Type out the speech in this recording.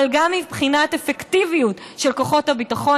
אבל גם מבחינת האפקטיביות של כוחות הביטחון,